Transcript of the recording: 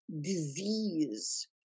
disease